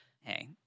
Hey